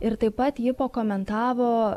ir taip pat ji pakomentavo